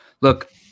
look